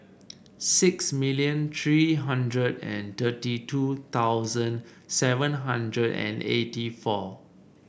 six million three hundred and thirty two thousand seven hundred and eighty four